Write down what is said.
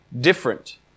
different